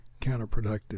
counterproductive